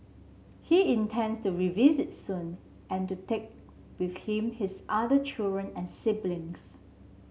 he intends to revisit soon and to take with him his other children and siblings